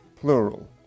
plural